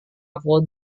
aku